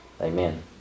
Amen